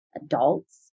adults